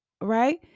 right